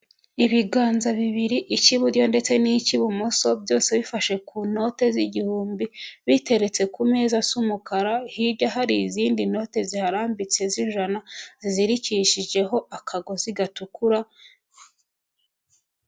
Ibiganza bibiri icy'iburyo ndetse n'icy'ibumoso byose bifashe ku note z'igihumbi biteretse ku meza z'umukara hirya hari izindi noti ziharambitse z'ijana zizirikishijeho akagozi gatukura.